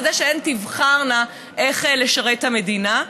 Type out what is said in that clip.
כדי שהן תבחרנה איך לשרת את המדינה.